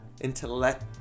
intellect